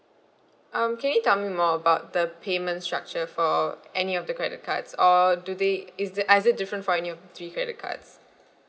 um can you tell me more about the payment structure for any of the credit cards or do they is there uh is it different for any of three credit cards